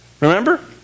Remember